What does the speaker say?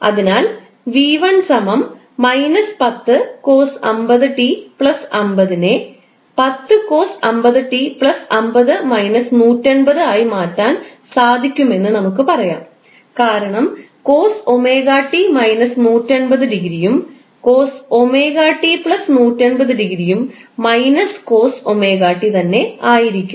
അതിനാൽ𝑣1 −10 cos50𝑡 50 യെ 10 cos 50𝑡 50 180 ആയി മാറ്റാൻ സാധിക്കുമെന്ന് നമുക്ക് പറയാം കാരണം cos 𝜔𝑡 180 യും cos 𝜔𝑡 180യും − cos 𝜔𝑡 തന്നെ ആയിരിക്കും